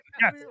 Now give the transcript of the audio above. Yes